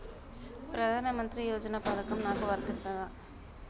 ప్రధానమంత్రి యోజన పథకం నాకు వర్తిస్తదా?